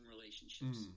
relationships